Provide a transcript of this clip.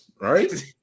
right